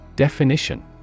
Definition